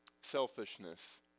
selfishness